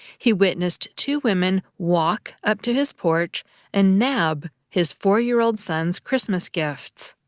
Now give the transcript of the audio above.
he witnessed two women walk up to his porch and nab his four-year-old son's christmas gifts.